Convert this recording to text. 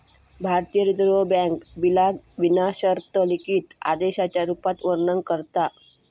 भारतीय reserve bank बिलाक विना शर्त लिखित आदेशाच्या रुपात वर्णन करता